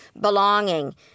belonging